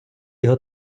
його